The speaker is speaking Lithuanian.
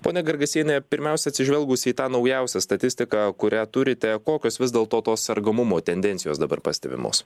ponia gargasiene pirmiausia atsižvelgus į tą naujausią statistiką kurią turite kokios vis dėlto tos sergamumo tendencijos dabar pastebimos